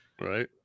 right